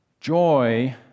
Joy